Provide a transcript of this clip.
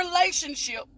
relationship